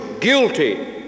guilty